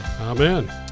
Amen